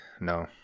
No